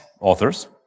authors